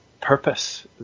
purpose